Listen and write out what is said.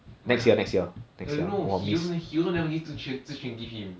never mind lah eh no he also never give zi quan zi quan give him